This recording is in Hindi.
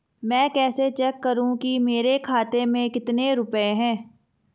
मैं कैसे चेक करूं कि मेरे खाते में कितने रुपए हैं?